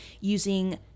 using